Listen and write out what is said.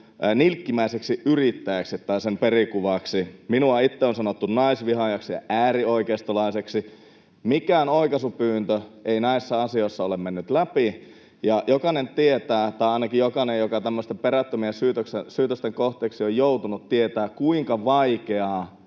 nilkkimäisen yrittäjän perikuvaksi. Minua itseäni on sanottu naisvihaajaksi ja äärioikeistolaiseksi. Mikään oikaisupyyntö ei näissä asioissa ole mennyt läpi, ja jokainen tietää — tai ainakin jokainen, joka tämmöisten perättömien syytösten kohteeksi on joutunut, tietää — kuinka vaikeaa